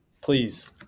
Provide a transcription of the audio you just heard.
please